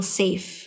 safe